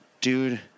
Dude